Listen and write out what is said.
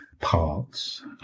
parts